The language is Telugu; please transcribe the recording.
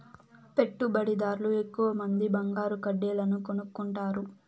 పెట్టుబడిదార్లు ఎక్కువమంది బంగారు కడ్డీలను కొనుక్కుంటారు